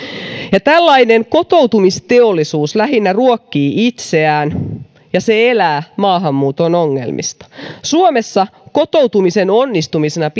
tällainen kotoutumisteollisuus lähinnä ruokkii itseään ja se elää maahanmuuton ongelmista suomessa kotoutumisen onnistumisena